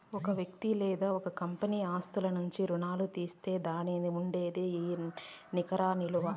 ఓ వ్యక్తి లేదా ఓ కంపెనీ ఆస్తుల నుంచి రుణాల్లు తీసేస్తే ఉండేదే నికర ఇలువ